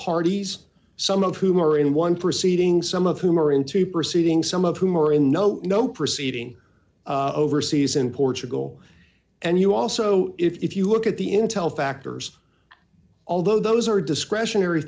parties some of whom are in one proceeding some of whom are into proceedings some of whom are in no no proceeding overseas in portugal and you also if you look at the intel factors although those are discretionary